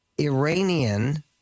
Iranian